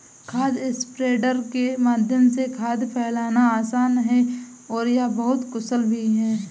खाद स्प्रेडर के माध्यम से खाद फैलाना आसान है और यह बहुत कुशल भी है